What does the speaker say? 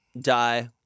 die